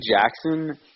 Jackson